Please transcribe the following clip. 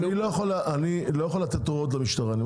אני לא יכול לתת הוראות למשטרה.